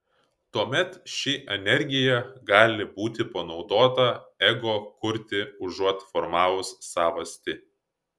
tuomet ši energija gali būti panaudota ego kurti užuot formavus savastį